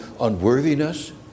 unworthiness